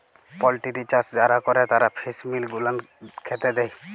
poultry চাষ যারা ক্যরে তারা ফিস মিল গুলান খ্যাতে দেই